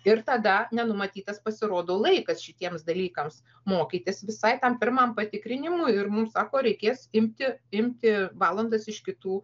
ir tada nenumatytas pasirodo laikas šitiems dalykams mokytis visai tam pirmam patikrinimui ir mums sako reikės imti imti valandas iš kitų